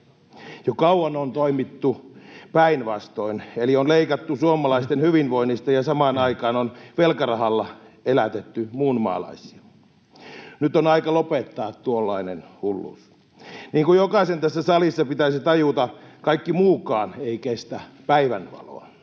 Jo kauan on toimittu päinvastoin, eli on leikattu suomalaisten hyvinvoinnista ja samaan aikaan on velkarahalla elätetty muunmaalaisia. Nyt on aika lopettaa tuollainen hulluus. Niin kuin jokaisen tässä salissa pitäisi tajuta, kaikki muukaan ei kestä päivänvaloa.